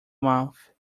mouth